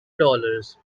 dollars